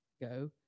go